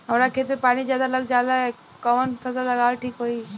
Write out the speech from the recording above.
हमरा खेत में पानी ज्यादा लग जाले कवन फसल लगावल ठीक होई?